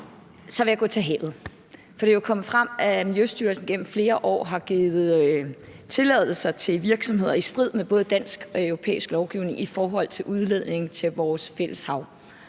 Så vil jeg gå til havet, for det er jo kommet frem, at Miljøstyrelsen gennem flere år har givet tilladelser til virksomheder i strid med både dansk og europæisk lovgivning i forhold til udledning i vores fælles hav.